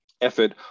effort